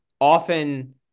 often